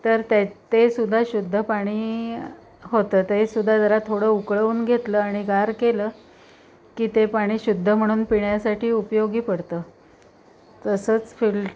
तर त्या ते सुद्धा शुद्ध पाणी होतं ते सुद्धा जरा थोडं उकळवून घेतलं आणि गार केलं की ते पाणी शुद्ध म्हणून पिण्यासाठी उपयोगी पडतं तसंच फिल्ट